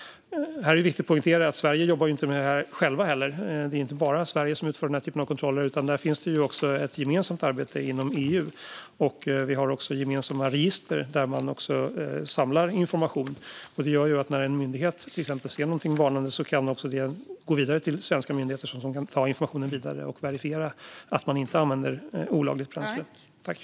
Det är viktigt att poängtera att Sverige inte är ensamt om att jobba med det här. Det är inte bara Sverige som utför den här typen av kontroller, utan det finns ett gemensamt arbete inom EU. Vi har också gemensamma register där man samlar information. Det gör att när en myndighet ser något och vill varna kan den gå vidare till svenska myndigheter, som kan ta informationen vidare och verifiera att olagligt bränsle inte används.